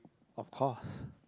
of course